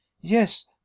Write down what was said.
yes